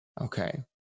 Okay